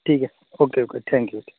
ٹھیک ہے okay okay thank you